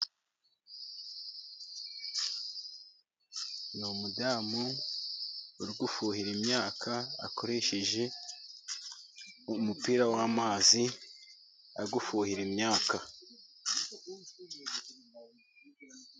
Ni umugore uri gufuhira imyaka, akoresheje umupira w'amazi, ari gufuhira imyaka.